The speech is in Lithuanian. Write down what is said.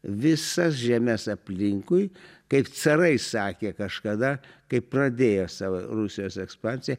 visas žemes aplinkui kaip carai sakė kažkada kai pradėjo savo rusijos ekspansiją